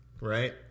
right